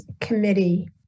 committee